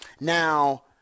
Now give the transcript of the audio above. Now